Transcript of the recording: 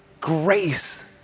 grace